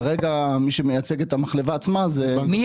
כרגע מי שמייצג את המחלבה עצמה זה --- מי